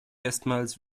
erstmals